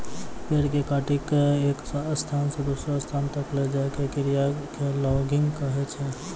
पेड़ कॅ काटिकॅ एक स्थान स दूसरो स्थान तक लै जाय के क्रिया कॅ लॉगिंग कहै छै